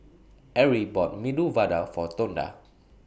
Arie bought Medu Vada For Tonda